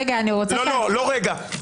רגע,